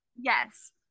Yes